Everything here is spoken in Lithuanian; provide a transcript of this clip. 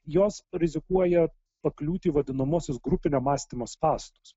jos rizikuoja pakliūti į vadinamuosius grupinio mąstymo spąstus